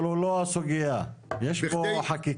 אבל הוא לא הסוגיה, יש פה חקיקה.